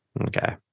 Okay